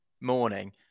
morning